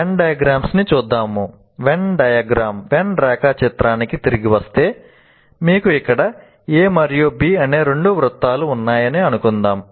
when రేఖాచిత్రానికి తిరిగి వస్తే మీకు ఇక్కడ A మరియు B అనే రెండు వృత్తాలు ఉన్నాయని అనుకుందాం